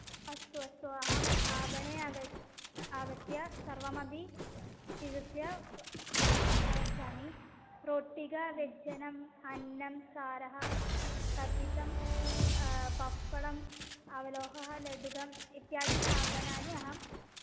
अस्तु अस्तु अहम् आपणे अगत्य आगत्य सर्वमपि स्वीकृत्य आगच्छामि रोटिका व्यजनम् अन्नं सारं क्वथितं पप्पडम् अवलेहः लड्डुकः इत्यादीनि साधनानि अहम्